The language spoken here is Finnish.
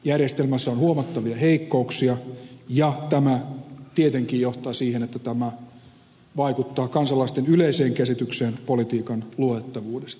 järjestelmässä on huomattavia heikkouksia ja tämä tietenkin johtaa siihen että tämä vaikuttaa kansalaisten yleiseen käsitykseen politiikan luotettavuudesta